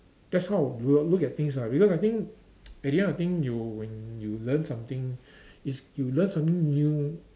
that's how we will look at things ah because I think at the end of thing you when you learn something it's you learn something new